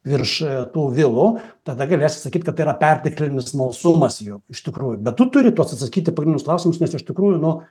virš tų vilų tada galės sakyti kad yra perteklinis smalsumas juk iš tikrųjų bet tu turi tuos atsakyti į tuos pagrindinius klausimus nes iš tikrųjų nu